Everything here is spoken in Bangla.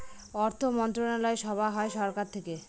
অর্থমন্ত্রণালয় সভা হয় সরকার থেকে